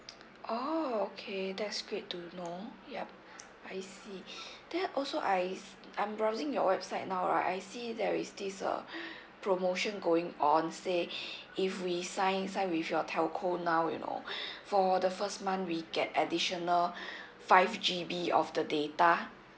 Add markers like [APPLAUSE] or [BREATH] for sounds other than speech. oh okay that's great to know yup I see [BREATH] then also I I'm browsing your website now right I see there is this uh [BREATH] promotion going on say [BREATH] if we sign sign with your telco now you know [BREATH] for the first month we get additional [BREATH] five GB of the data